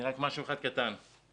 אם הם נכללים תחת השוויון של בג"צ כן,